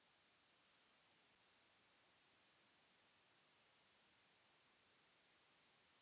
कम लागत के सब्जी कवन होला जेकरा में हमनी के अच्छा मुनाफा होखे?